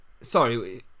Sorry